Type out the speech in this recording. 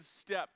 step